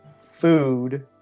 Food